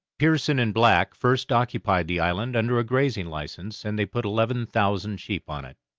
pearson and black first occupied the island under a grazing license, and they put eleven thousand sheep on it,